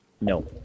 No